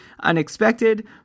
unexpected